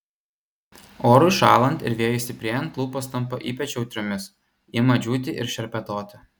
orui šąlant ir vėjui stiprėjant lūpos tampa ypač jautriomis ima džiūti ir šerpetoti